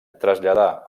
traslladà